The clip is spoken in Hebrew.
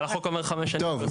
אבל החוק אומר חמש שנים.